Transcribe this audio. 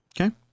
Okay